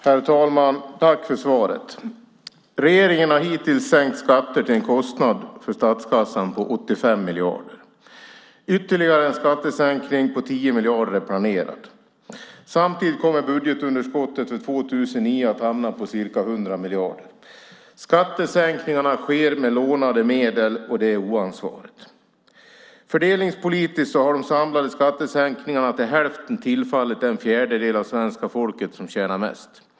Herr talman! Tack för svaret! Regeringen har hittills sänkt skatten till en kostnad för statskassan på 85 miljarder. En ytterligare skattesänkning på 10 miljarder är planerad. Samtidigt kommer budgetunderskottet för 2009 att hamna på ca 100 miljarder. Skattesänkningarna sker med lånade medel. Det är oansvarigt. Fördelningspolitiskt har de samlade skattesänkningarna till hälften tillfallit den fjärdedel av svenska folket som tjänar mest.